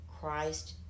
Christ